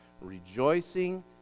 rejoicing